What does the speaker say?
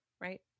Right